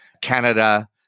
Canada